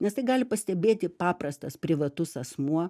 nes tai gali pastebėti paprastas privatus asmuo